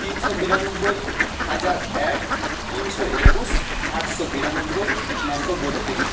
তিনশো বিরানব্বই হাজার এক তিনশো একুশ আটশো বিরানব্বই নশো বত্রিশ